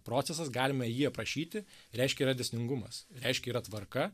procesas galime jį aprašyti reiškia yra dėsningumas reiškia yra tvarka